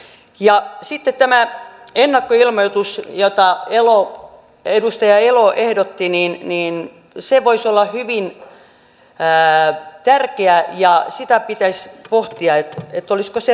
ja sitten tämä ennakkoilmoitus jota edustaja elo ehdotti voisi olla hyvin tärkeä ja sitä pitäisi pohtia olisiko se ratkaisu tähän